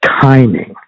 timing